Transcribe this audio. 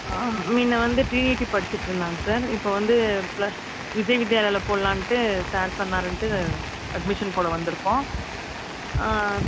முன்ன வந்து டிரினிட்டி படிச்சிட்டிருந்தான் சார் இப்போ வந்து ப்ள விஜய் வித்யாலயாவில் போடலான்ட்டு சார் சொன்னாருன்னுட்டு அட்மிஷன் போட வந்துருக்கோம்